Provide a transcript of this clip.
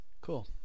cool